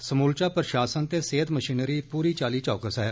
समूलचा प्रशासन ते सेहत मशीनरी पूरी चाली चौकस ऐ